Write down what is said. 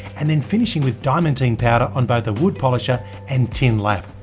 and then finishing with diamantine powder on both a wood polisher and tin lap.